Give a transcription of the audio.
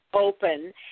open